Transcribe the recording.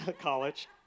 college